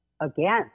Again